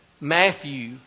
Matthew